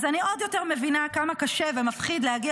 אז אני עוד יותר מבינה כמה קשה ומפחיד להגיע